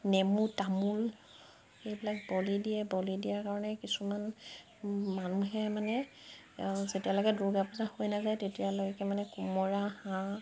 নেমু তামোল এইবিলাক বলি দিয়ে বলি দিয়াৰ কাৰণে কিছুমান মানুহে মানে যেতিয়ালৈকে দুৰ্গা পূজা হৈ নাযায় তেতিয়ালৈকে মানে কোমোৰা হাঁহ